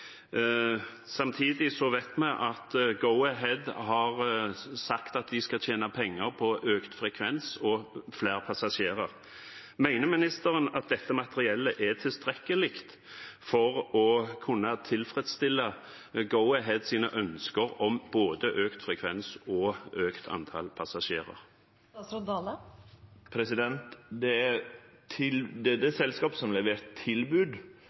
vet vi at Go-Ahead har sagt at de skal tjene penger på økt frekvens og flere passasjerer. Mener ministeren at dette materiellet er tilstrekkelig for å kunne tilfredsstille Go-Aheads ønske om både økt frekvens og økt antall passasjerer? Det er selskapet som har levert tilbod, som er ansvarleg for å halde oppe det